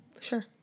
sure